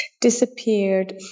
disappeared